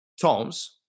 Tom's